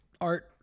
art